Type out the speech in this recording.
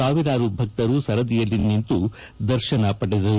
ಸಾವಿರಾರು ಭಕ್ತರು ಸರದಿಯಲ್ಲಿ ನಿಂತು ದರ್ಶನ ಪಡೆದರು